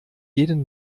jeden